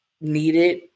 needed